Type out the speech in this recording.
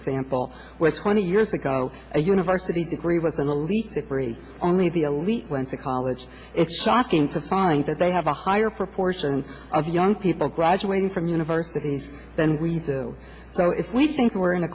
example where twenty years ago a university degree was an elite separate only the elite went to college it's shocking to find that they have a higher proportion of young people graduating from universities than we do so if we think we're in a